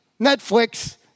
Netflix